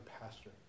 pastor